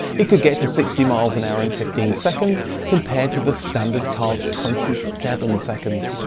it could get to sixty mph in fifteen seconds, compared to the standard car's twenty seven seconds.